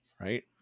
right